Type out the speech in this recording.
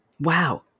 Wow